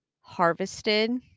harvested